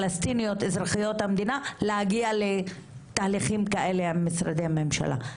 פלסטיניות אזרחיות המדינה להגיע לתהליכים כאלה עם משרדי ממשלה.